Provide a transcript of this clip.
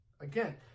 Again